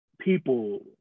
people